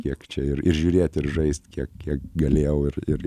kiek čia ir ir žiūrėt ir žaist kiek kiek galėjau ir ir